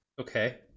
Okay